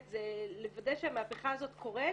התפקיד שלנו זה לוודא שהמהפכה הזאת קורית